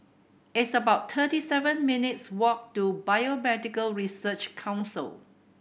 it's about thirty seven minutes' walk to Biomedical Research Council